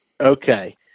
Okay